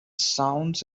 sounds